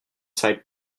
side